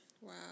wow